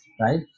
right